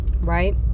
Right